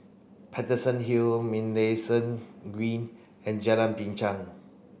Paterson Hill Minlayson Green and Jalan Binchang